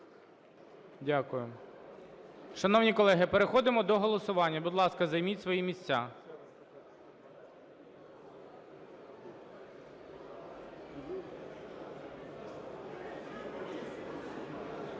Дякую. Шановні колеги, переходимо до голосування. Будь ласка, займіть свої місця.